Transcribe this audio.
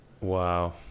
Wow